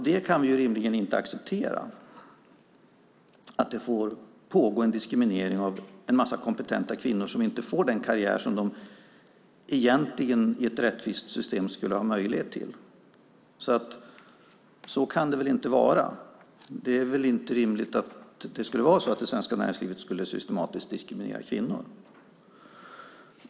Vi kan rimligen inte acceptera att det pågår en diskriminering av en massa kompetenta kvinnor så att de inte får den karriär som de egentligen, i ett rättvist system, skulle ha möjlighet till. Så kan det väl ändå inte vara. Det är väl inte rimligt att det svenska näringslivet systematiskt skulle diskriminera kvinnor.